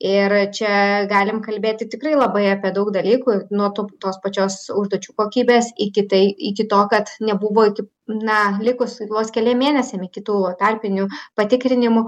ir čia galim kalbėti tikrai labai apie daug dalykų nuo to tos pačios užduočių kokybės iki tai iki to kad nebuvo iki na likus vos keliem mėnesiam iki tų tarpinių patikrinimų